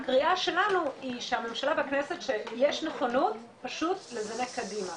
והקריאה שלנו היא שהממשלה והכנסת שיש נכונות פשוט לזנק קדימה.